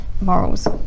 morals